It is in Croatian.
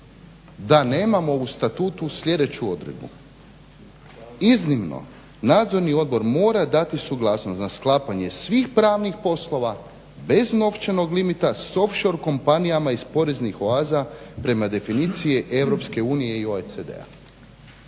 da nemamo u Statutu sljedeću odredbu: "Iznimno Nadzorni odbor mora dati suglasnost na sklapanje svih pravnih poslova bez novčanog limita s off shore kompanijama iz poreznih oaza prema definiciji EU i OECD-a."